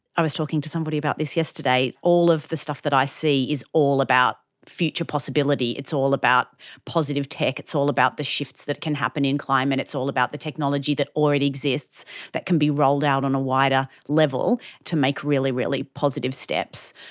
i was talking to somebody about this yesterday. all of the stuff that i see is all about future possibility, it's all about positive tech, it's all about the shifts that can happen in climate, it's all about the technology that already exists that can be rolled out on a wider level to make really, really positive steps.